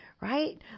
right